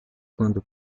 quando